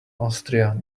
austria